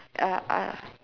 ah ah